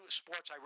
sports